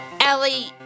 Ellie